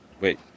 wait